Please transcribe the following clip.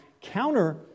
counter